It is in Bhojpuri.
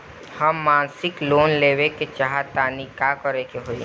हम मासिक लोन लेवे के चाह तानि का करे के होई?